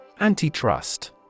Antitrust